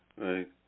right